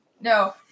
no